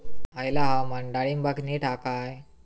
हयला हवामान डाळींबाक नीट हा काय?